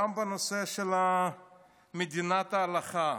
גם בנושא של מדינת ההלכה,